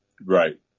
Right